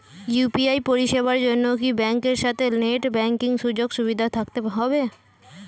UPI পরিষেবার জন্য কি ব্যাংকের সাথে নেট ব্যাঙ্কিং সুযোগ সুবিধা থাকতে হবে?